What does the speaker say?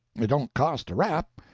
it don't cost a rap,